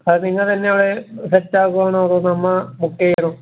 അത് നിങ്ങൾതന്നെ അവിടെ സെറ്റാക്കുകയാണോ അതോ നമ്മൾ ബുക്ക് ചെയ്യണോ